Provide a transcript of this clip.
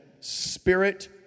spirit